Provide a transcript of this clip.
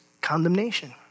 condemnation